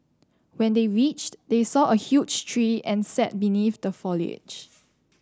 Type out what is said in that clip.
when they reached they saw a huge tree and sat beneath the foliage